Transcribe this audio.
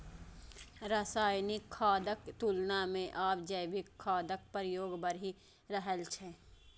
रासायनिक खादक तुलना मे आब जैविक खादक प्रयोग बढ़ि रहल छै